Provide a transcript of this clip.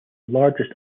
largest